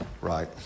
Right